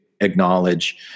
acknowledge